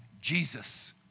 Jesus